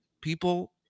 people